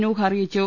നൂഹ് അറിയിച്ചു